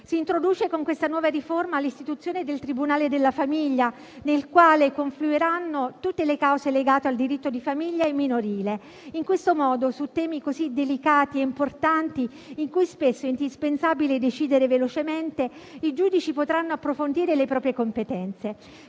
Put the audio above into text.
Si istituisce con questa nuova riforma il tribunale della famiglia, nel quale confluiranno tutte le cause legate al diritto di famiglia e minorile. In questo modo, su temi così delicati e importanti, in cui spesso è indispensabile decidere velocemente, i giudici potranno approfondire le proprie competenze.